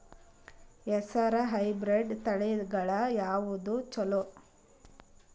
ಹೆಸರ ಹೈಬ್ರಿಡ್ ತಳಿಗಳ ಯಾವದು ಚಲೋ?